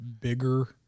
bigger